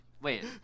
Wait